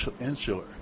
insular